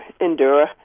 endure